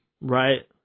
right